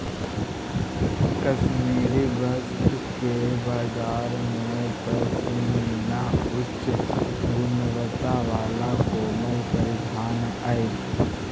कश्मीरी वस्त्र के बाजार में पशमीना उच्च गुणवत्ता वाला कोमल परिधान हइ